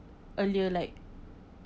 earlier like